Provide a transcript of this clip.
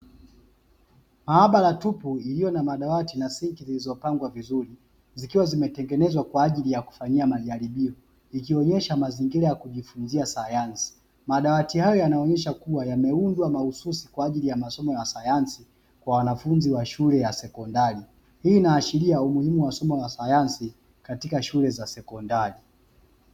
Maabara tupu iliyo na madawati na sinki zilizopangwa vizuri, zikiwa zimetengenezwa kwa ajili ya kufanya majaribio, ikionyesha mazingira ya kujifunzia sayansi, madawati hayo yameundwa mahususi kwa ajili ya masomo ya sayansi kwa wanafunzi wa shule ya sekondari, hii huashiria umuhimu wa somo la sayansi katika shule za sekondari.